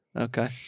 Okay